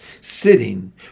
sitting